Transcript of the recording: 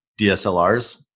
DSLRs